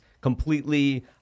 completely